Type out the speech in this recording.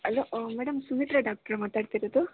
hello madam Sumitra ಡಾಕ್ಟ್ರಾ ಮಾತಾಡ್ತಿರೋದು